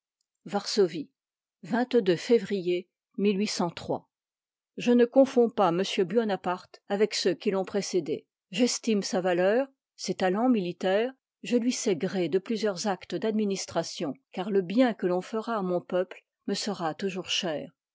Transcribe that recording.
varsovie février je ne confonds pas m buonaparte avec ceux qui l'ont précédé j'estime sa valeur ses talens militaires je lui sais gré de plusieurs actes d'administration car le bien que l'on fera à mon peuple me sera toujours cher